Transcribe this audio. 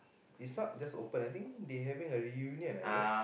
is not just open I think they having a reunion I guess